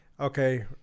Okay